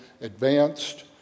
advanced